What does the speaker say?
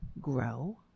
grow